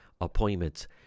appointments